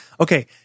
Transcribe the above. Okay